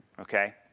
Okay